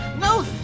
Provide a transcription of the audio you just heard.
no